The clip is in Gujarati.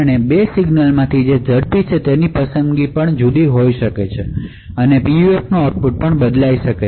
આ 2 સિગ્નલમાંથી કોણ ઝડપી છે તેની પસંદગી રસ્તા અલગ હોવાને કારણે જુદી હોઈ શકે છે અને તેથી PUFનું આઉટપુટ પણ બદલાઈ શકે છે